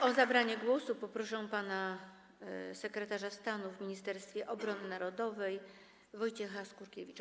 O zabranie głosu proszę pana sekretarza stanu w Ministerstwie Obrony Narodowej Wojciecha Skurkiewicza.